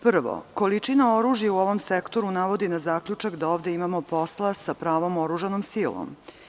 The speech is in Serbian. Prvo, količina oružja u ovom sektoru navodi na zaključak da ovde imamo posla sa pravom oružanom silom.